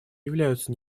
являются